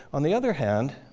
on the other hand,